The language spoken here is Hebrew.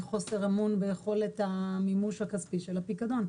חוסר אמון ביכולת המימון הכספי של הפיקדון.